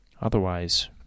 Otherwise